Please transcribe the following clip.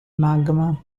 magma